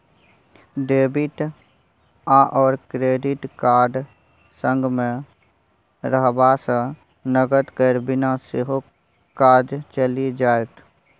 debit आओर credit card संगमे रहबासँ नगद केर बिना सेहो काज चलि जाएत